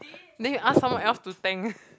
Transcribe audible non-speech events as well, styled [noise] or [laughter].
then you ask someone else to tank [laughs]